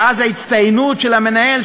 ואז ההצטיינות של המנהל,